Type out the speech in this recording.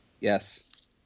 Yes